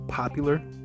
popular